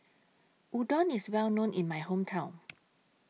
Udon IS Well known in My Hometown